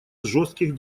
жестких